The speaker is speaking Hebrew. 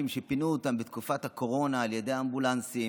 שפינו אותם בתקופת הקורונה על ידי אמבולנסים,